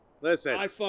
listen